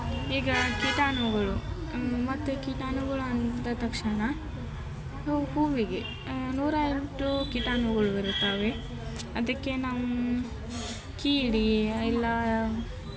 ಈಗ ಕೀಟಾಣುಗಳು ಮತ್ತು ಕೀಟಾಣುಗಳು ಅಂದ ತಕ್ಷಣ ಹೂವಿಗೆ ನೂರ ಎಂಟು ಕೀಟಾಣುಗಳಿರುತ್ತವೆ ಅದಕ್ಕೆ ನಾವು ಕೀಡಿ ಇಲ್ಲ